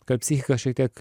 kad psichika šiek tiek